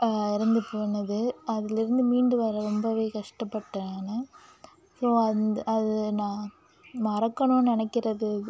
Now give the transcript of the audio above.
இறந்து போனது அதிலேருந்து மீண்டு வர ரொம்பவே கஷ்டப்பட்டேன் நான் ஸோ அந்த அது நான் மறக்கணுமெனு நினைக்கிறது அது